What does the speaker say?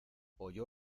oyó